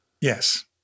Yes